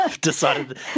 decided